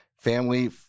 family